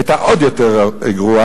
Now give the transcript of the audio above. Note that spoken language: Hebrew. היתה עוד יותר גרועה.